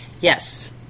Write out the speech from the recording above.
Yes